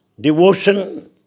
devotion